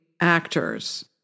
actors